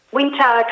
winter